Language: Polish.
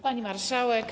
Pani Marszałek!